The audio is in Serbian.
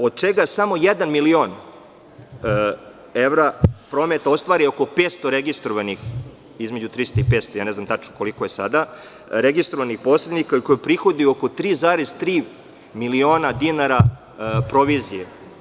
Od toga samo jedan milion evra prometa ostvari oko 500 registrovanih, između 300 i 500, ne znam tačno koliko je sada, posrednika koji prihoduju oko 3,3 miliona dinara provizije.